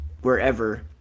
wherever